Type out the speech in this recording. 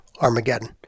Armageddon